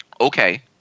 okay